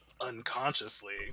unconsciously